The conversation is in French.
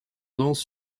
danse